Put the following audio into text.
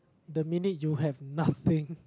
the minute you have nothing